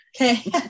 Okay